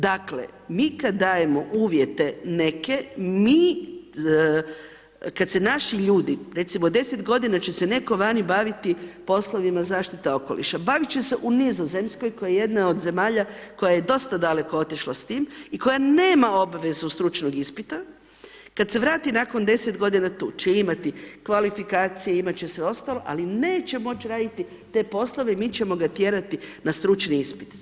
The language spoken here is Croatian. Dakle, mi kad dajemo uvjete neke, mi kad se naši ljudi recimo 10 godina će se netko vani baviti poslovima zaštite okoliša, bavit će se u Nizozemskoj koja je jedna od zemalja koja je dosta daleko otišla s tim i koja nema obvezu stručnog ispit, kad se vrati nakon 10 godina tu će imati kvalifikacije, imati će sve ostalo, ali neće moći raditi te poslove mi ćemo ga tjerati na stručni ispit.